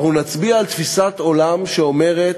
אנחנו נצביע על תפיסת עולם שאומרת